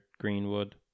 Greenwood